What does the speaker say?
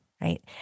right